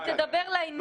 תדבר לעניין.